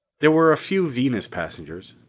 there were a few venus passengers.